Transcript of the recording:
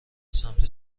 سمت